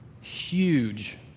huge